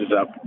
up